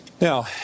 Now